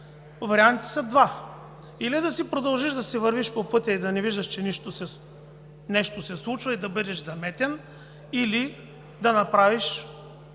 вариантите са два: или да си продължиш да си вървиш по пътя и да не виждаш, че нещо се случва и да бъдеш заметен, или да направиш